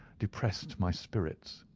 depressed my spirits.